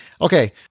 Okay